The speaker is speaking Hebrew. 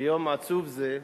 ביום עצוב זה,